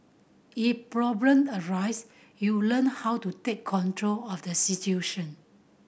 if problem arise you learn how to take control of the situation